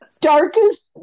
darkest